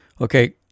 Okay